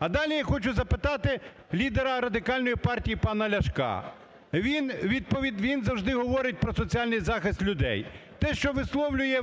А далі я хочу запитати лідера Радикальної парії пана Ляшка. Він завжди говорить про соціальний захист людей. Те, що висловлює